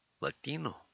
Latino